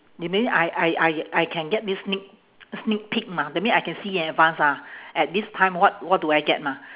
that mean I I I I can get this sneak sneak peak mah that mean I can see in advance ah at this time what what do I get mah